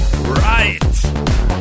Right